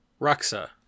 Ruxa